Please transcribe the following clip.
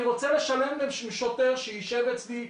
אני רוצה לשלם לשוטר שיישב אצלי,